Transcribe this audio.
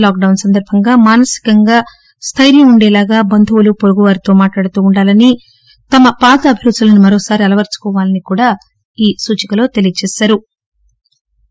లాక్లౌస్ సందర్బంగా మానసికంగా కూడా స్థిర్యం ఉండేలాగా బంధువులు వొరుగు వారితో మాట్లాడుతూ ఉండాలని తమ పాత అభిరుచులను మరొకసారి అలవర్సుకోవాలని ఈ సూచికలో తెలియజేశారు